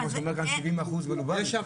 הוא אומר כאן 70% בלובביץ'.